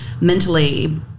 mentally